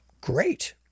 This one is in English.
Great